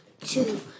two